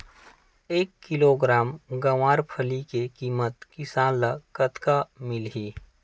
एक किलोग्राम गवारफली के किमत किसान ल कतका मिलही?